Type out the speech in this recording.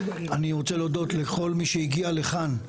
אני רוצה להודות לכל מי שהגיע לכאן,